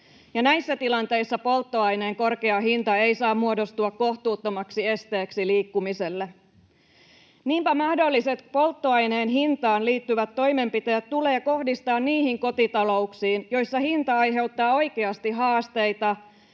Näissä tilanteissa polttoaineen korkea hinta ei saa muodostua kohtuuttomaksi esteeksi liikkumiselle. Niinpä mahdolliset polttoaineen hintaan liittyvät toimenpiteet tulee kohdistaa niihin kotitalouksiin, joissa hinta aiheuttaa oikeasti haasteita